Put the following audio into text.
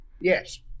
Yes